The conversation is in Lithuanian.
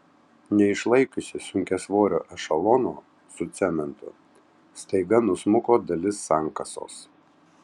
neišlaikiusi sunkiasvorio ešelono su cementu staiga nusmuko dalis sankasos